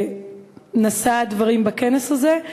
שנשא דברים בכנס הזה,